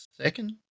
second